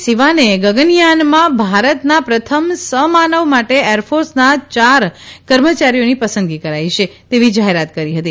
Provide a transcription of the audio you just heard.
સિવાને ગંગનયાનમાં ભારતના પ્રથમ સમાનવ માટે એરફોર્સના ચાર કર્મચારીઓની પસંદગી કરાઇ છે તેવી જાહેરાત કરી હતી